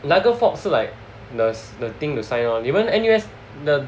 那个 fob like the thing to sign on even N_U_S the